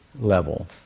level